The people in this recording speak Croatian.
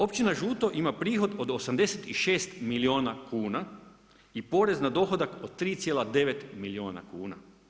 Općina Žuto ima prihod od 86 milijuna kuna i porez na dohodak od 3,9 milijuna kuna.